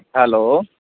hello